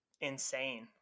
insane